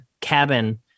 cabin